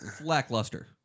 lackluster